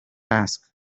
ask